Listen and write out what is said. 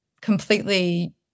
completely